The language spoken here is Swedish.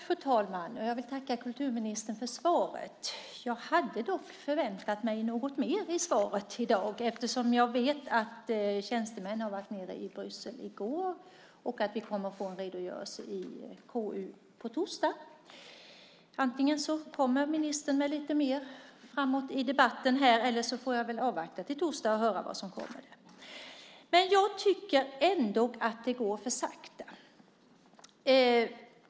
Fru talman! Jag tackar kulturministern för svaret. Jag hade dock förväntat mig något mer av svaret i dag eftersom jag vet att tjänstemän var nere i Bryssel i går och att vi kommer att få en redogörelse i KU på torsdag. Antingen kommer ministern med lite mer senare i denna debatt, eller också får jag avvakta till torsdag för att höra vad som kommer. Jag tycker ändå att det går för sakta.